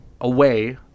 away